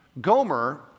Gomer